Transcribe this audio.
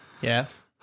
Yes